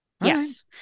Yes